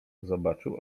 zobaczył